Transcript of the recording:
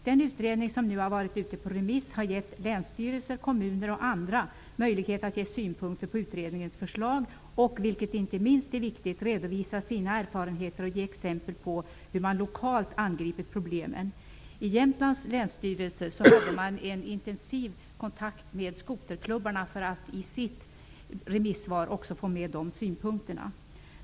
Den utredning som nu har varit ute på remiss har gett länsstyrelser, kommuner och andra möjlighet att ge synpunkter på utredningens förslag och -- vilket är inte minst viktigt -- redovisa sina erfarenheter och ge exempel på hur man lokalt angripit problemen. Jämtlands länsstyrelse håller en intensiv kontakt med skoterklubbarna för att i sitt remissvar få med också deras synpunkter.